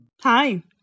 Hi